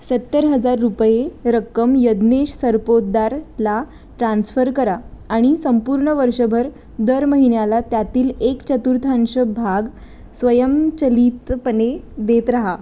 सत्तर हजार रुपये रक्कम यज्ञेश सरपोतदारला ट्रान्स्फर करा आणि संपूर्ण वर्षभर दर महिन्याला त्यातील एक चतुर्थांश भाग स्वयंचलितपणे देत राहा